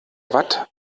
watt